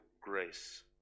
grace